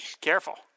Careful